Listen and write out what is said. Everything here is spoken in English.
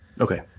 okay